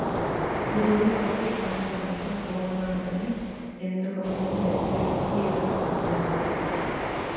పురుగుపట్టి పంటంతా పోనాదని ఎందుకమ్మ వెక్కి వెక్కి ఏడుస్తున్నావ్